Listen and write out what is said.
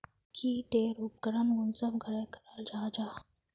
की टेर उपकरण कुंसम करे कराल जाहा जाहा?